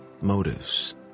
motives